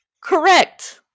correct